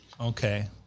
Okay